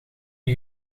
die